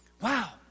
Wow